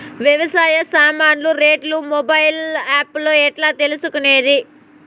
వ్యవసాయ సామాన్లు రేట్లు మొబైల్ ఆప్ లో ఎట్లా తెలుసుకునేది?